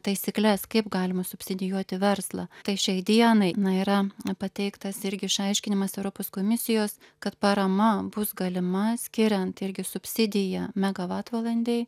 taisykles kaip galima subsidijuoti verslą tai šiai dienai na yra pateiktas irgi išaiškinimas europos komisijos kad parama bus galima skiriant irgi subsidiją megavatvalandei